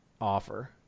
offer